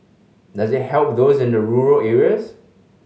does it help those in the rural areas